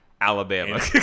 Alabama